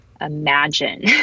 imagine